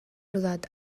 rodat